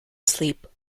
asleep